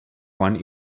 one